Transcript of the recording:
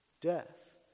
death